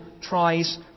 tries